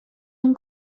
اون